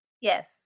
Yes